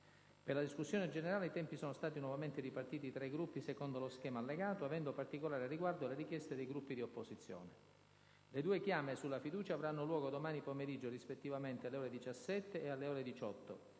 Per la discussione generale i tempi sono stati nuovamente ripartiti tra i Gruppi secondo lo schema che leggerò, avendo particolare riguardo alle richieste dei Gruppi di opposizione. Le due chiame sulla fiducia avranno luogo domani pomeriggio, rispettivamente alle ore 17 e alle ore 18.